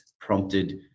prompted